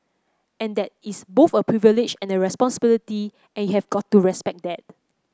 and that is both a privilege and a responsibility and you have got to respect that